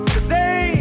Today